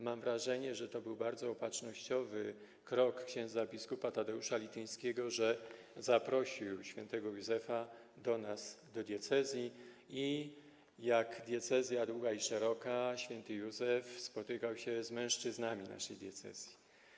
Mam wrażenie, że to był bardzo opatrznościowy krok ks. bp. Tadeusza Lityńskiego, że zaprosił św. Józefa do nas, do diecezji, i jak diecezja długa i szeroka, św. Józef spotykał się z mężczyznami naszej diecezji.